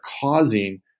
causing